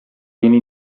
viene